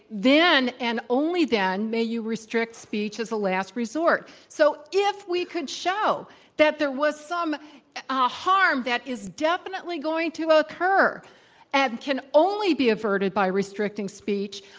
then and only then may you restrict speech as a last resort. so if we could show that there was some ah harm that is definitely going to occur and can only be averted by restricting speech,